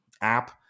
app